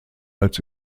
als